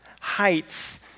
heights